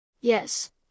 Yes